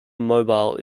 mobile